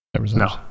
no